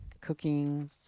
cooking